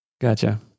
Gotcha